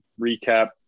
recap